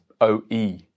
OE